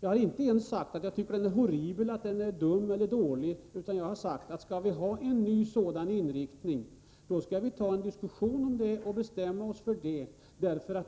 Jag har inte alls sagt att den är horribel, dum eller dålig, utan jag har sagt att om vi skall ha en ny inriktning, då skall vi diskutera saken och bestämma oss, för